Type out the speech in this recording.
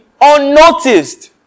unnoticed